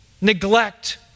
neglect